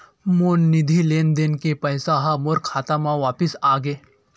मोर निधि लेन देन के पैसा हा मोर खाता मा वापिस आ गे